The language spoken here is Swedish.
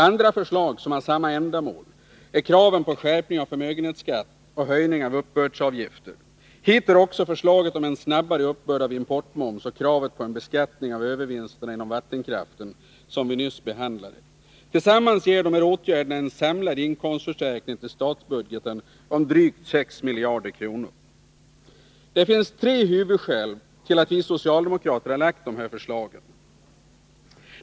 Andra förslag som har samma ändamål är kraven på skärpning av förmögenhetsskatt och höjning av uppbördsavgifter. Hit hör också förslaget om en snabbare uppbörd av importmoms och kravet på en beskattning av övervinsterna inom vattenkraften som vi nyss behandlade. Tillsammans ger dessa åtgärder en samlad inkomstförstärkning till statsbudgeten om drygt 6 miljarder kronor. Det finns tre huvudskäl till att vi socialdemokrater har lagt fram förslagen om inkomstförstärkningar i den statliga budgeten.